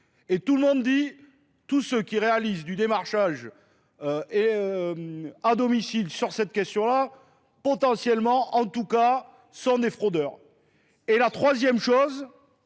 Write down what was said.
Et tout le monde dit, tous ceux qui réalisent du démarchage à domicile sur cette question-là, potentiellement en tout cas sont des fraudeurs. Et la troisième chose,